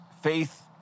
faith